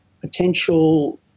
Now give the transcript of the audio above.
potential